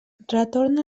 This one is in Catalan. retorna